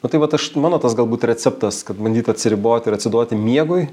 o tai vat aš mano tas galbūt receptas kad bandyt atsiribot ir atsiduoti miegui